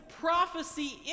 prophecy